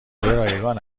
رایگان